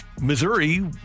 Missouri